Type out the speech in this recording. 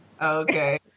okay